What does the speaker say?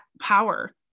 power